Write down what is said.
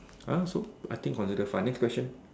I also I think consider fun next question